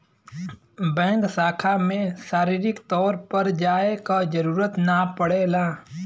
bank शाखा में शारीरिक तौर पर जाये क जरुरत ना पड़ेला